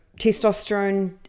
testosterone